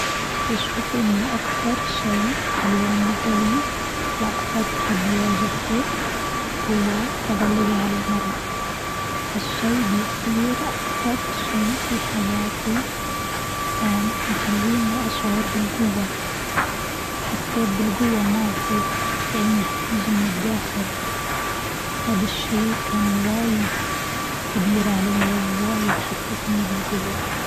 بشوف أنه أكتر شيء خلاني قوي وأكتر تحدي واجهته هو تغلبي على المرض، هالشيء بيصير أكتر شيء في حياتي كان مخليني أشعر بالقوة، حسيت بالقوة مالتي كأنها بتيجي من الداخل، هاد الشيء كان واجد كبير علي وواجد حسسني بالقوة.